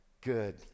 good